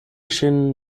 ŝin